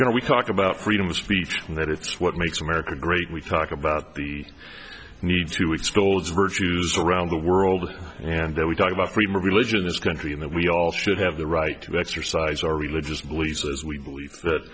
you know we talk about freedom of speech and that it's what makes america great we talk about the need to weeks golds virtues around the world and then we talk about freedom of religion is country in that we all should have the right to exercise our religious beliefs as we believe that